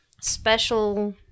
special